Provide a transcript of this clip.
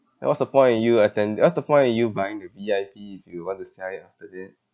then what's the point of you attending what's the point of you buying the V_I_P if you want to sell it after that